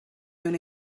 own